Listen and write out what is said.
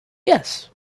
yes